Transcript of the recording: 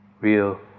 Real